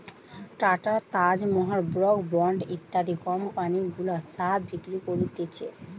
tata, Taj Mahal, Brooke Bond ইত্যাদি company গুলা চা বিক্রি করতিছে